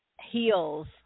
heels